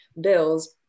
bills